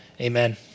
Amen